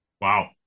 Wow